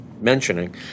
mentioning